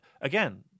again